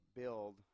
build